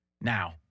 Now